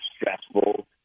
stressful